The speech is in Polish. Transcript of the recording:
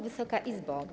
Wysoka Izbo!